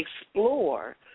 explore